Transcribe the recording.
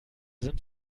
sind